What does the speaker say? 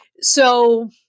So-